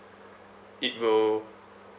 it will